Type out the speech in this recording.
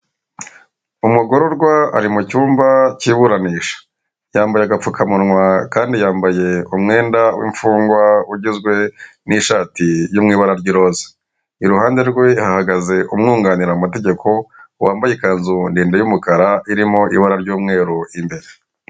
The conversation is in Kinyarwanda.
Umugororwa ari mu cyumba cy'iburanisha, yambaye agapfukamunwa kandi yambaye umwenda w'imfungwa ugizwe n'ishati yo mw'ibara ry'iroza, iruhande rwe hahagaze umwunganira mu mategeko wambaye ikanzu ndende y'umukara irimo ibara ry'umweru imbere.